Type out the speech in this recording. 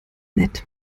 nett